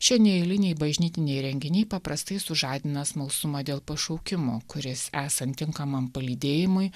šie neeiliniai bažnytiniai renginiai paprastai sužadina smalsumą dėl pašaukimo kuris esant tinkamam palydėjimui